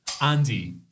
Andy